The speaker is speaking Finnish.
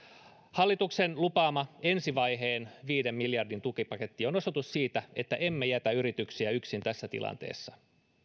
hallituksen lupaama ensivaiheen viiden miljardin tukipaketti on osoitus siitä että emme jätä yrityksiä yksin tässä tilanteessa